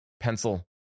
pencil